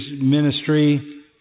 ministry